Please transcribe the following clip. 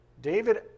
David